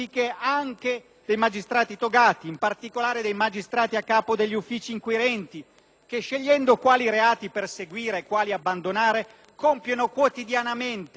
che, scegliendo quali reati perseguire e quali abbandonare, compiono quotidianamente scelte di natura eminentemente politica, ma lo fanno senza alcuna investitura politica.